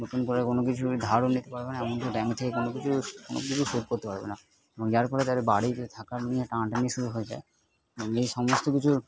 নতুন করে কোনো কিছুরই ধারণ দেখতে পারবে না এমনকি ব্যাঙ্ক থেকে কোনো কিছুই কোনো ঋণই শোধ করতে পারবে না যার ফলে তারা বাড়িতে থাকা নিয়ে টানাটানি শুরু হয়ে যায় এমনি সমস্ত কিছুর